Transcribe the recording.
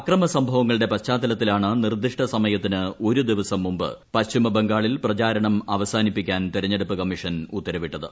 അക്രമ സംഭവങ്ങളുടെ പശ്ചാത്തലത്തിലാണ് നിർദ്ദിഷ്ട സമയത്തിന് ഒരു ദിവസം മുമ്പ് പശ്ചിമ ബംഗാളിൽ പ്രചാരണം അവസാനിപ്പിക്കാൻ തെരഞ്ഞെടുപ്പ് കമ്മീഷൻ ഉത്തരവിട്ടത്